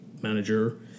manager